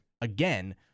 again